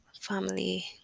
family